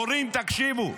הורים, תקשיבו.